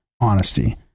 honesty